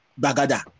Bagada